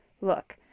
Look